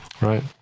Right